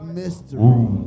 mystery